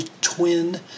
twin